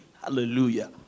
hallelujah